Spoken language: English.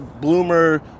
bloomer